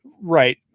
right